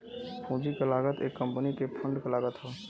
पूंजी क लागत एक कंपनी के फंड क लागत हौ